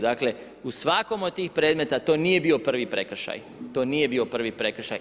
Dakle u svakom od tih predmeta to nije bio prvi prekršaj, to nije bio prvi prekršaj.